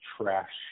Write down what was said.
trash